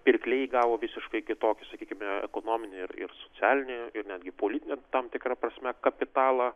pirkliai įgavo visiškai kitokį sakykime ekonominį ir ir socialinį ir netgi politinį tam tikra prasme kapitalą